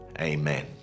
amen